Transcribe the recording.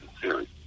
series